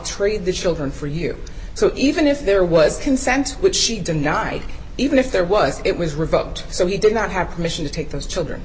treat the children for you so even if there was consent which she denied even if there was it was revoked so he did not have permission to take those children